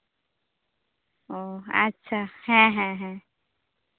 ᱚᱸᱻ ᱟᱪᱪᱷᱟ ᱦᱮᱸ ᱦᱮᱸ